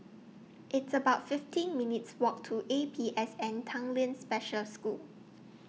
It's about fifteen minutes' Walk to A P S N Tanglin Special School